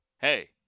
hey